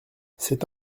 c’est